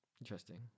Interesting